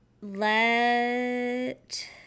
let